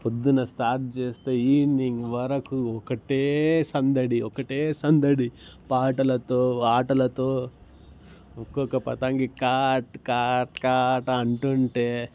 పొద్దున్న స్టార్ట్ చేస్తే ఈవెనింగ్ వరకు ఒకటే సందడి ఒకటే సందడి పాటలతో ఆటలతో ఒక్కొక్క పతంగి కాట్ కాట్ కాట్ కాట్ అంటు ఉంటే